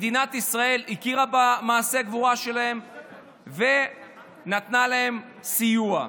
מדינת ישראל הכירה במעשה הגבורה שלהם ונתנה להם סיוע.